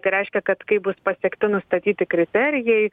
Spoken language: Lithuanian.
tai reiškia kad kai bus pasiekti nustatyti kriterijai